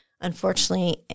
unfortunately